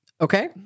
Okay